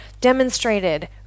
demonstrated